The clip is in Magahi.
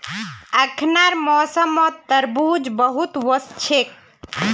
अखनार मौसमत तरबूज बहुत वोस छेक